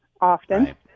often